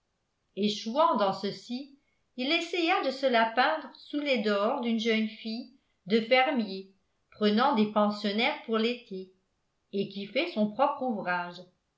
echouant dans ceci il essaya de se la peindre sous les dehors d'une jeune fille de fermier prenant des pensionnaires pour l'été et qui fait son propre ouvrage